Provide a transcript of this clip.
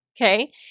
okay